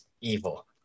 evil